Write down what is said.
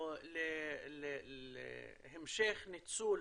להמשך ניצול